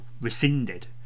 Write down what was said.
rescinded